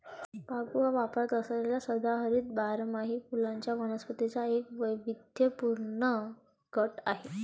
बांबू हा वापरात असलेल्या सदाहरित बारमाही फुलांच्या वनस्पतींचा एक वैविध्यपूर्ण गट आहे